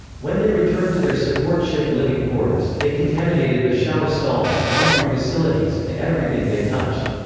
when they returned to their support ship living quarters, they contaminated the shower stalls, laundry facilities, and everything they touched.